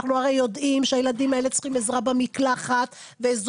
אנחנו הרי יודעים שהילדים האלה צריכים עזרה במקלחת ובהלבשה,